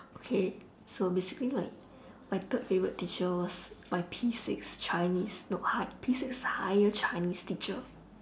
okay so basically like my third favourite teacher was my P six chinese no high P six higher chinese teacher